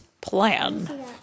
plan